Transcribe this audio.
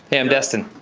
and i'm destin.